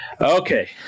Okay